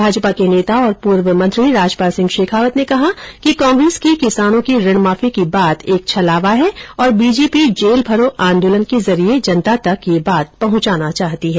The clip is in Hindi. भाजपा के नेता और पूर्व मंत्री राजपाल सिंह शेखावत ने कहा कि कांग्रेस की किसानों की ऋण माफी की बात एक छलावा है और बीजेपी जेलभरो आंदोलन के जरिये जनता तक यह बात पहंचाना चाहती है